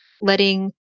letting